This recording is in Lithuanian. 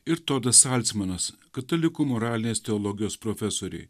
ir todas salsmanas katalikų moralinės teologijos profesoriai